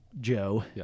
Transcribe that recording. Joe